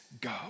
Go